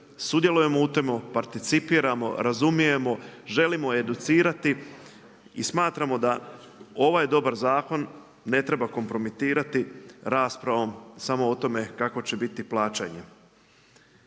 sudjelujemo u tome, participiramo, razumijemo, želimo educirati i smatramo da ovaj dobar zakon ne treba kompromitirati raspravom samo o tome kakvo će biti plaćanje.